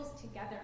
together